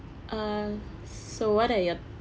uh so what are your